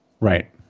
Right